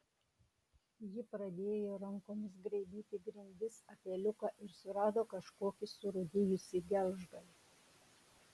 ji pradėjo rankomis graibyti grindis apie liuką ir surado kažkokį surūdijusį gelžgalį